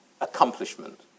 accomplishment